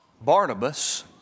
Barnabas